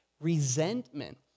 resentment